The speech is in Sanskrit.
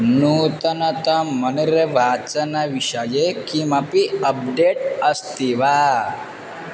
नूतनतमनिर्वाचनविषये किमपि अप्डेट् अस्ति वा